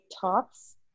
talks